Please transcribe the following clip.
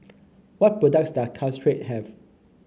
what products does Caltrate have